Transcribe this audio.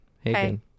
Hey